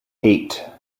eight